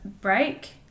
break